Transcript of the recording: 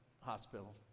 hospital